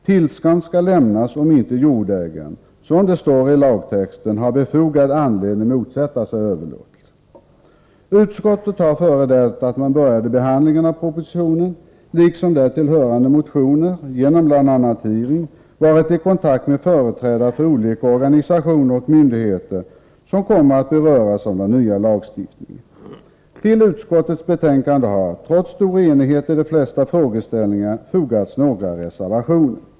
Tillstånd skall lämnas om inte jordägaren, som det står i lagtexten, har befogad anledning motsätta sig överlåtelse. Innan man började behandlingarna av propositionen liksom därtill hörande motioner var utskottet, genom bl.a. hearing, i kontakt med företrädare för olika organisationer och myndigheter som kommer att beröras av den nya lagstiftningen. Till utskottets betänkande har, trots stor enighet i de flesta frågeställningar, fogats några reservationer.